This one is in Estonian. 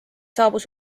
saabus